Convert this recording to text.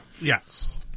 Yes